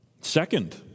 Second